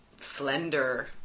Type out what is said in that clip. slender